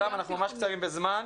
אנחנו ממש קצרים בזמן.